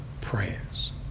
prayers